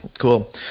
cool